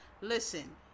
listen